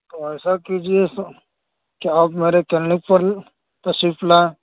تو ایسا کیجیے سر کہ آپ میرے کیلنک پر تشریف لائیں